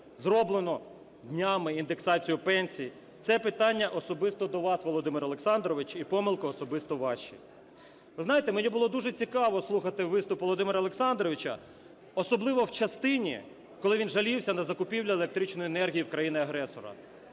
зроблено днями індексацію пенсій, – це питання особисто до вас, Володимире Олександровичу, і помилки особисто ваші. Ви знаєте, мені було дуже цікаво слухати виступ Володимира Олександровича, особливо в частині, коли він жалівся на закупівлі електричної енергії в країни-агресора.